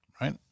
right